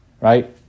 Right